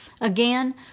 Again